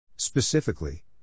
Specifically